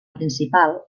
principal